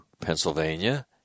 Pennsylvania